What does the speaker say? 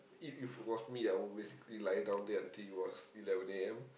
if it was me I would basically lie down until it was eleven A_M